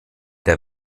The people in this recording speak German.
der